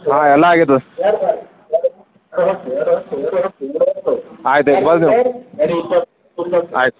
ಹಾಂ ಎಲ್ಲ ಆಗ್ಯದ ಆಯ್ತು ಆಯ್ತು ಬರ್ರಿ ನೀವು ಆಯ್ತು